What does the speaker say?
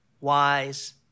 wise